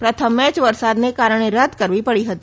પ્રથમ મેચ વરસાદને કારણે રદ કરવી પડી હતી